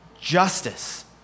Justice